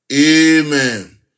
Amen